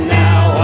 now